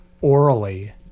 orally